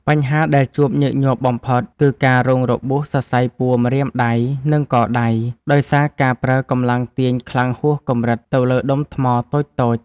បញ្ហាដែលជួបញឹកញាប់បំផុត គឺការរងរបួសសរសៃពួរម្រាមដៃ និងកដៃ ដោយសារការប្រើកម្លាំងទាញខ្លាំងហួសកម្រិតទៅលើដុំថ្មតូចៗ។